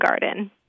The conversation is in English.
garden